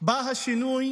בא השינוי